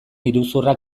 iruzurra